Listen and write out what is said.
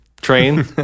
train